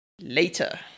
Later